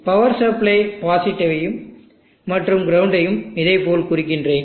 power supply பாசிட்டிவையும் மற்றும் கிரவுண்டையும் இதேபோல் குறிக்கிறேன்